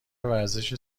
ورزش